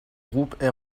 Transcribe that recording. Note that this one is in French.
groupe